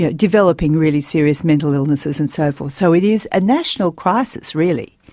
yeah developing really serious mental illnesses and so forth. so it is a national crisis really.